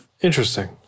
interesting